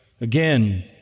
again